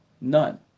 none